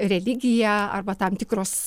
religija arba tam tikros